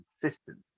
consistency